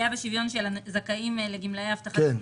פגיעה בשוויון של זכאים לגמלאי הבטחת הכנסה?